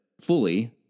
fully